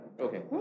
Okay